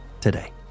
today